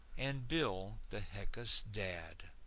and bill, the heckus dad.